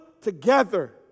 together